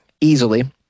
easily